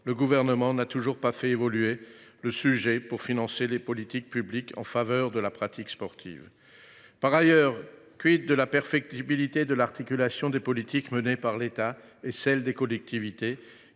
le Gouvernement n’a toujours pas fait évoluer sa réflexion sur le financement des politiques publiques en faveur de la pratique sportive. Par ailleurs, de la perfectibilité de l’articulation des politiques menées par l’État et de celles des collectivités,